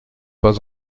pas